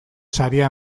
saria